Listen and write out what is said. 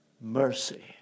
Mercy